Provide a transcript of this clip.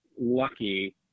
lucky